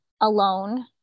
alone